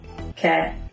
Okay